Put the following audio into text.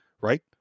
Right